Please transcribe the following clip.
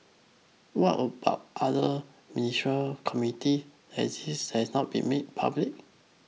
what other ministerial committee exist that has not been made public